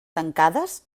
tancades